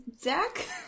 Zach